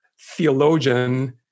theologian